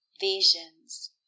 visions